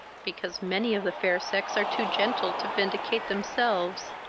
because many of the fair sex are too gentle to vindicate themselves,